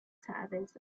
surveys